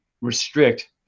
restrict